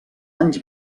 anys